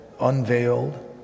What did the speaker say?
unveiled